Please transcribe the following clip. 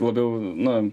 labiau na